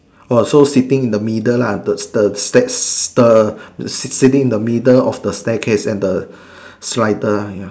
orh so sitting in the middle lah the the stair the sitting in the middle of the staircase and the slider uh ya